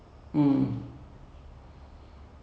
no he becomes like the stock market like person